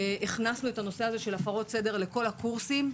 הכנסנו את הנושא הזה של הפרות סדר לכל הקורסים,